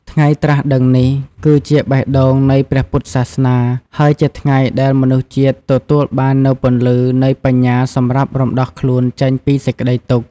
ថ្ងៃត្រាស់ដឹងនេះ គឺជាបេះដូងនៃព្រះពុទ្ធសាសនា ហើយជាថ្ងៃដែលមនុស្សជាតិទទួលបាននូវពន្លឺនៃបញ្ញាសម្រាប់រំដោះខ្លួនចេញពីសេចក្ដីទុក្ខ។